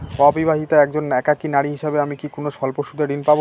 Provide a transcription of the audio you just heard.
অবিবাহিতা একজন একাকী নারী হিসেবে আমি কি কোনো স্বল্প সুদের ঋণ পাব?